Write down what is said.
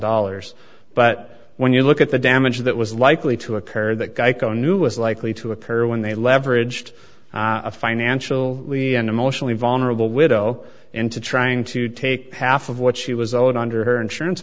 dollars but when you look at the damage that was likely to occur that geico knew was likely to occur when they leveraged a financial and emotionally vulnerable widow into trying to take half of what she was owed under her insurance